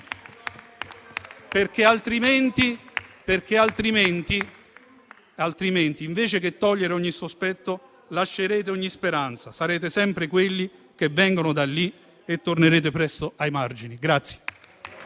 perché altrimenti, invece che togliere ogni sospetto, lascerete ogni speranza, sarete sempre quelli che vengono da lì e tornerete presto ai margini.